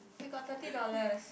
we got thirty dollars